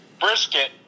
Brisket